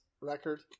record